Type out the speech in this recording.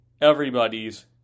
Everybody's